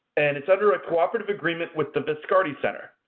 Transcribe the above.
and it's under a cooperative agreement with the viscardi center.